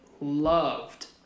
loved